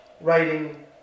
writing